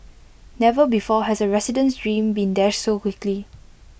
never before has A resident's dream been dashed so quickly